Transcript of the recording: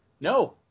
No